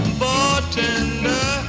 bartender